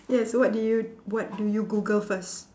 yes what do you what do you google first